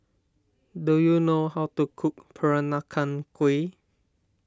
do you know how to cook Peranakan Kueh